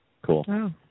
Cool